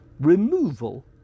removal